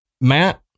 Matt